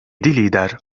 lider